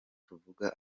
tuvuga